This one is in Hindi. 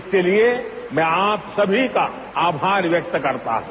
इसके लिए मैं आप सभी का आभार व्यक्त करता हूं